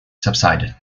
subsided